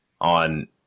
on